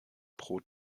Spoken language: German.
pro